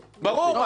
ברור.